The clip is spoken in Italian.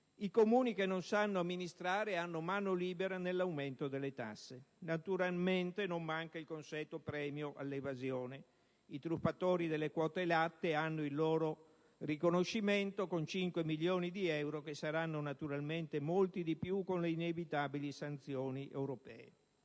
I Comuni che non sanno amministrare hanno mano libera nell'aumento delle tasse. Naturalmente non manca il consueto premio all'evasione. I truffatori delle quote latte hanno il loro riconoscimento con 5 milioni di euro, che naturalmente saranno molto di più con le inevitabili sanzioni europee.